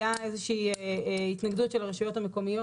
הייתה איזושהי התנגדות של הרשויות המקומיות